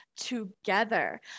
Together